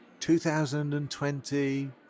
2020